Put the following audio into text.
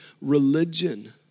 religion